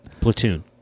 Platoon